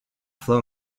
flow